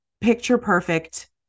picture-perfect